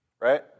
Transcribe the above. right